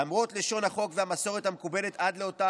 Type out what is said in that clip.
למרות לשון החוק והמסורת המקובלת עד לאותה